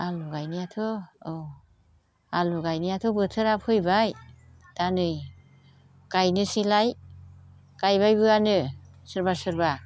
आलु गायनायाथ' औ आलु गायनायाथ' बोथोरा फैबाय दा नै गायनोसैलाय गायबायबोआनो सोरबा सोरबा